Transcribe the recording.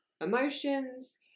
emotions